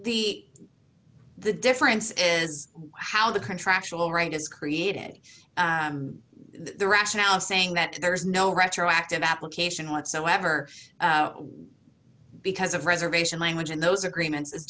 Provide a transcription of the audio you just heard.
the the difference is how the contractual right has created the rationale saying that there is no retroactive application whatsoever because of reservation language in those agreements i